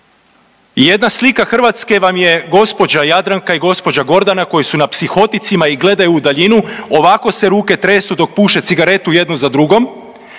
jedna slika Hrvatske vam je gospođa Jadranka i gospođa Gordana koja su na psihoticima i gledaju u daljinu ovako se ruke tresu dok puše cigaretu jednu za drugom,